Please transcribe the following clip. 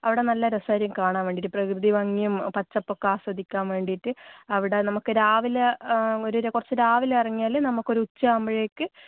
അവിടെ നല്ല രസമായിരിക്കും കാണാൻ വേണ്ടിയിട്ട് പ്രകൃതി ഭംഗിയും പച്ചപ്പൊക്കെ ആസ്വദിക്കാൻ വേണ്ടിയിട്ട് അവിടെ നമുക്ക് രാവിലെ ഒരു കുറച്ച് രാവിലെ ഇറങ്ങിയാൽ നമുക്കൊരു ഉച്ചയാവുമ്പോഴേക്ക്